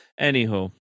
anywho